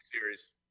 series